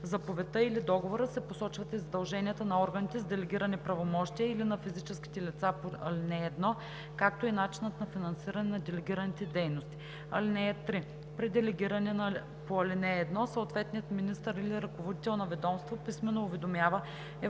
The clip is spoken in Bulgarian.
заповедта или договора се посочват и задълженията на органите с делегирани правомощия или на физическите лица по ал. 1, както и начинът на финансиране на делегираните дейности. (3) При делегиране по ал. 1 съответният министър или ръководител на ведомство писмено уведомява Европейската